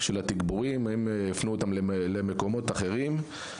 כל חודש האם הפנו אותם למקומות אחרים.